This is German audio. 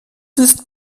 ist